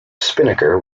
spinnaker